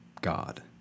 God